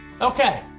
Okay